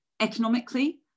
economically